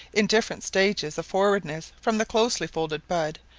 in different stages of forwardness from the closely-folded bud,